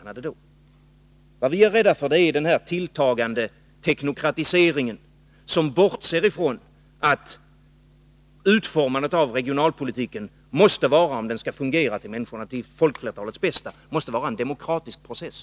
Vad vi är rädda för är denna tilltagande teknokratisering, som bortser från att utformandet av regionalpolitiken, om den skall fungera till folkflertalets bästa, måste vara en demokratisk process.